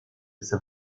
saint